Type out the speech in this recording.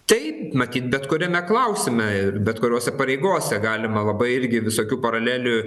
taip matyt bet kuriame klausime ir bet kuriose pareigose galima labai irgi visokių paralelių